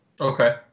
Okay